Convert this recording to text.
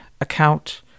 account